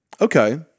Okay